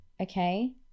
Okay